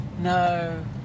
No